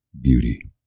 Beauty